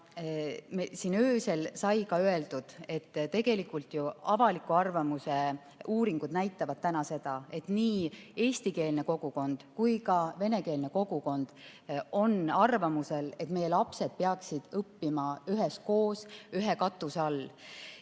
öösel sai ka öeldud, et tegelikult ju avaliku arvamuse uuringud näitavad seda, et nii eestikeelne kogukond kui ka venekeelne kogukond on arvamusel, et meie lapsed peaksid õppima üheskoos, ühe katuse all.